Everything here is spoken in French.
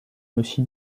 aussi